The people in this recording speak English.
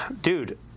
dude